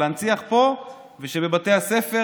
להנציח פה ושבבתי הספר,